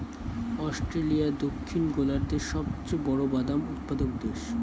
Australia দক্ষিণ গোলার্ধের সবচেয়ে বড় বাদাম উৎপাদক দেশ